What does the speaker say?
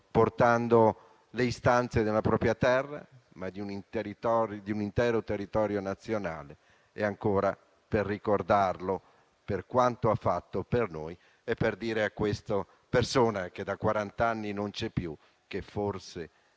portando le istanze della propria terra e dell'intero territorio nazionale. Voglio ancora ricordarlo, per quanto ha fatto per noi e per dire a questa persona, che da quarant'anni non c'è più e che forse